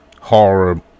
horror